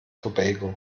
tobago